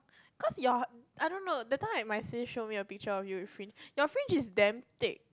cause your I don't know that time right my sis show me a picture of you with fringe your fringe is damn thick